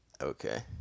Okay